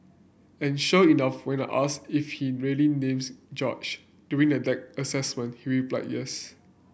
and sure enough when I asked if he really names George during the deck assessment he replied yes